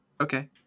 Okay